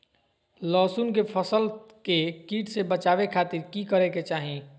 लहसुन के फसल के कीट से बचावे खातिर की करे के चाही?